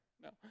No